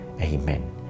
Amen